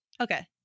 Okay